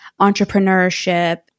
entrepreneurship